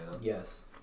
Yes